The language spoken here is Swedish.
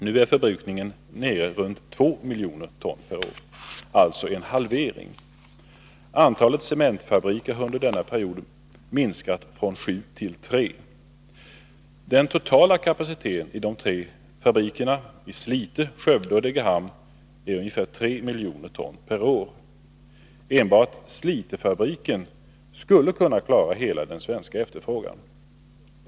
Nu är förbrukningen nere i ca 2 miljoner ton per år. Det är alltså fråga om en halvering. Antalet cementfabriker har under denna period minskat från sju till tre. Den totala kapaciteten i de tre fabrikerna — i Slite, Skövde och Degerhamn -— är ungefär 3 miljoner ton per år. Enbart Slitefabriken skulle kunna klara hela den svenska efterfrågan.